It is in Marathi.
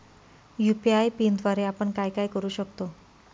यू.पी.आय पिनद्वारे आपण काय काय करु शकतो?